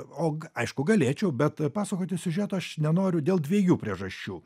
o aišku galėčiau bet pasakoti siužeto aš nenoriu dėl dviejų priežasčių